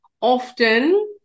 Often